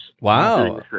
Wow